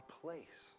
place